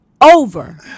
over